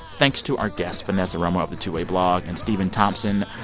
thanks to our guests vanessa romo of the two-way blog and stephen thompson,